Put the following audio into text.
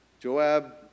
Joab